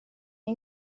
gli